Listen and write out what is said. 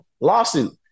lawsuit